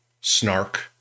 snark